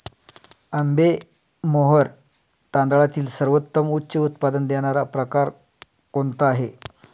आंबेमोहोर तांदळातील सर्वोत्तम उच्च उत्पन्न देणारा प्रकार कोणता आहे?